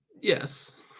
yes